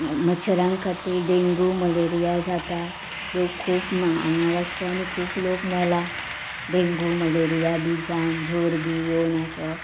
मच्छरां खातीर dengue malaria जाता लोक खूब हांगा वाश्को आनी खूब लोक मेला डेंगू मलेरिया बी जावन जोर बी येवन असो